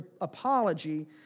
apology